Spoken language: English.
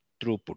throughput